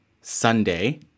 Sunday